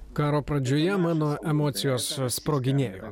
karo pradžioje mano emocijos sproginėjo